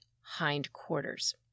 hindquarters